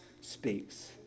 speaks